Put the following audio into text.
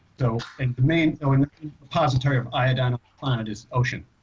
so the main posit or e of iodine a planet is ocean.